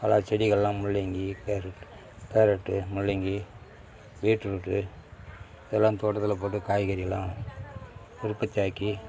பல செடிகள்லாம் முள்ளங்கி கேரட் கேரட்டு முள்ளங்கி பீட்ரூட்டு இதெல்லாம் தோட்டத்தில் போட்டு காய்கறியெல்லாம் உற்பத்தியாக்கி